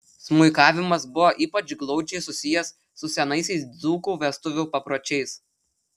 smuikavimas buvo ypač glaudžiai susijęs su senaisiais dzūkų vestuvių papročiais